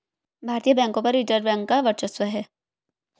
भारतीय बैंकों पर रिजर्व बैंक का वर्चस्व है